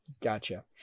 Gotcha